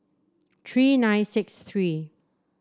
three nine six three